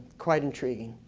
quite intriguing.